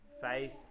faith